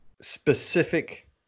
specific